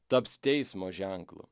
taps teismo ženklu